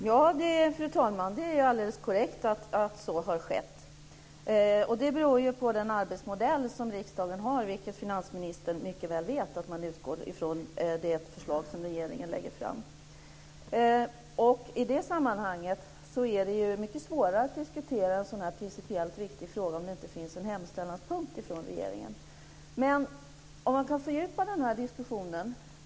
Fru talman! Det är alldeles korrekt att så har skett. Det beror ju på riksdagens arbetsmodell, och finansministern vet mycket väl att man utgår från det förslag som regeringen lägger fram. I det sammanhanget är det mycket svårare att diskutera en så här principiellt viktig fråga om det inte finns en förslagspunkt från regeringen. Jag ska försöka fördjupa den här diskussionen.